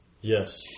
Yes